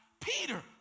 Peter